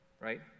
right